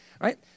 right